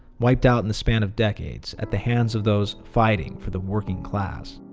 wiped out in the span of decades at the hands of those fighting for the working class.